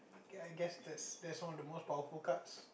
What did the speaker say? okay I guess that's that's one of the most powerful cards